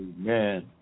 Amen